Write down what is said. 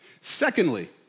Secondly